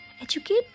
Educate